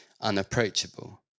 unapproachable